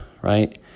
right